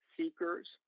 seekers